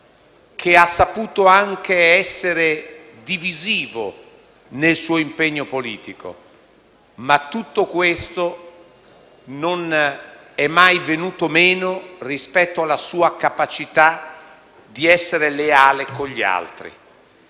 che ha saputo anche essere divisivo nel suo impegno politico. Ma tutto questo non è mai venuto meno rispetto alla sua capacità di essere leale con gli altri.